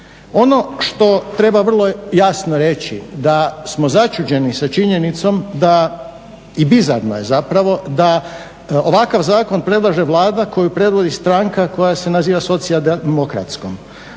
Ono što treba vrlo jasno reći da smo začuđeni sa činjenicom da i bizarno je zapravo da ovakav zakon predlaže Vlada koju predvodi stranka koja se naziva socijaldemokratskom